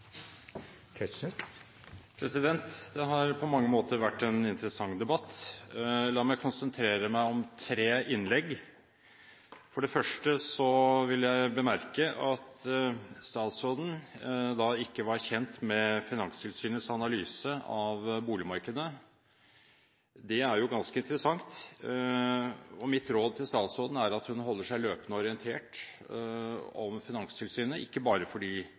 bygger. Det har på mange måter vært en interessant debatt. La meg konsentrere meg om tre innlegg. For det første vil jeg bemerke at statsråden ikke var kjent med Finanstilsynets analyse av boligmarkedet. Det er jo ganske interessant, og mitt råd til statsråden er at hun holder seg løpende orientert om Finanstilsynet – ikke bare